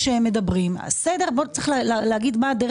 כשבתקציב הממשלה קובעת את סדרי העדיפויות שלה,